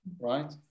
right